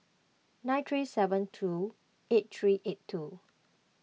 nine three seven two eight three eight two